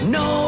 no